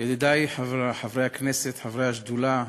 ידידי חברי הכנסת, חברי השדולה,